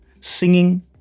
singing